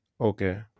Okay